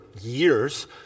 years